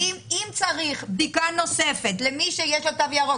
אם צריך בדיקה נוספת למי שיש לו תו ירוק